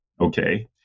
okay